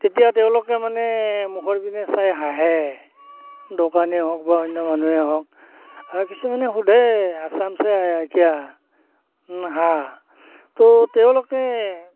তেতিয়া তেওঁলোকে মানে মুখৰ পিনে চাই হাঁহে দোকানী হওক বা অন্য মানুহ হওক আৰু কিছুমানে সোধে আছাম চে আয়া হে কিয়া হা ত' তেওঁলোকে